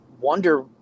wonder